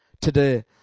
today